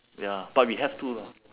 ya but we have to lah